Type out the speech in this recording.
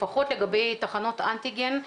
לפחות לגבי תחנות אנטיגן,